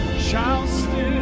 shall still